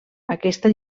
aquesta